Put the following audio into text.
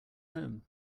home